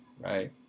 right